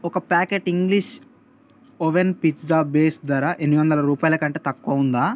ఒక packet English oven pizza base ధర ఎనిమిది వందల రూపాయలకంటే తక్కువ ఉందా